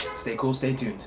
stay cool, stay tuned!